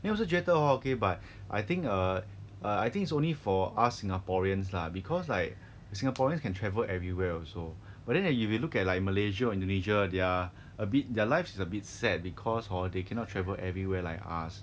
then 我是觉得 hor okay but I think err err I think it's only for us singaporeans lah because like singaporeans can travel everywhere also but then like you will look at like malaysia or indonesia their a bit their lives is a bit sad because hor they cannot travel everywhere like us